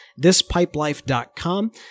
thispipelife.com